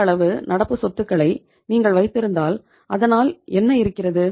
இந்த அளவு நடப்பு சொத்துகளை நீங்கள் வைத்திருந்தால் அதனால் என்ன இருக்கிறது